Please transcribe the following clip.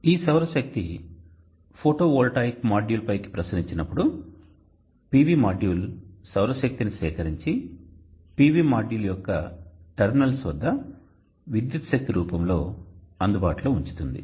ఈ సౌర శక్తి ఫోటోవోల్టాయిక్ మాడ్యూల్ పైకి ప్రసరించినప్పుడు కాంతివిపీడన మాడ్యూల్ సౌర శక్తిని సేకరించి PV మాడ్యూల్ యొక్క టెర్మినల్స్ వద్ద విద్యుత్ శక్తి రూపంలో అందుబాటులో ఉంచుతుంది